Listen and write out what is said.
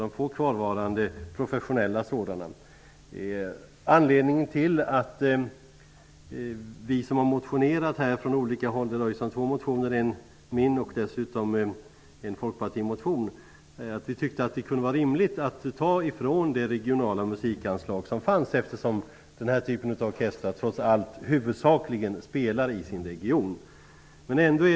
Det rör sig om två motioner -- en som jag har undertecknat och en som Folkpartiet har väckt. Vi tyckte att det kunde vara rimligt att ta från det regionala musikanslag som fanns, eftersom den här typen av orkestrar trots allt huvudsakligen spelar i den egna regionen.